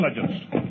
Intelligence